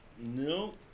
No